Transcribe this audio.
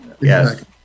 Yes